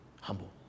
humble